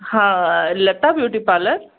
हा Lata beauty parlour